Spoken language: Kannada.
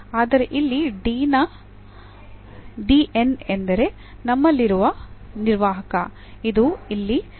ಆದರೆ ಇಲ್ಲಿ D n ಎಂದರೆ ನಮ್ಮಲ್ಲಿರುವ ನಿರ್ವಾಹಕ ಇದು ಇಲ್ಲಿ nth ದರ್ಜೆಯ ನಿಷ್ಪನ್ನವಾಗಿದೆ